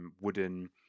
wooden